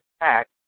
act